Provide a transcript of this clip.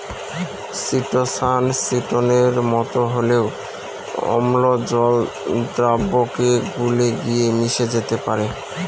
chitosan চিটোনের মতো হলেও অম্ল জল দ্রাবকে গুলে গিয়ে মিশে যেতে পারে